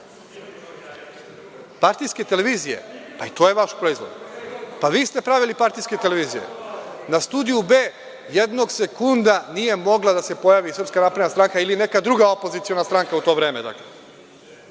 Partijske televizije, pa i to je vaš proizvod. Pa vi ste pravili partijske televizije. Na „Studiju B“ jednog sekunda nije mogla da se pojavi Srpska napredna stranka ili neka druga opoziciona stranka u to vreme.